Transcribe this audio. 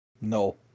No